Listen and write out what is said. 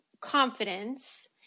confidence